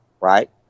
right